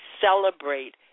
celebrate